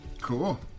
Cool